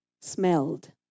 smelled